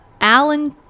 Alan